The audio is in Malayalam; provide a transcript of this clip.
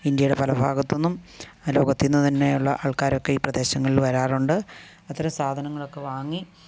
ഇന്ത്യയുടെ പല ഭാഗത്തുനിന്നും ലോകത്തിൽ നിന്ന് തന്നെയുള്ള ആൾക്കാരൊക്കെ ഈ പ്രദേശങ്ങളിൽ വരാറുണ്ട് അത്തരം സാധനങ്ങളൊക്കെ വാങ്ങി